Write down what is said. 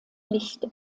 licht